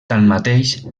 tanmateix